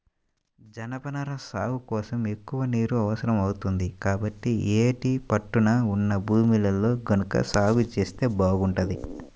జనపనార సాగు కోసం ఎక్కువ నీరు అవసరం అవుతుంది, కాబట్టి యేటి పట్టున ఉన్న భూముల్లో గనక సాగు జేత్తే బాగుంటది